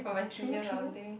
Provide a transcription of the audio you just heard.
true true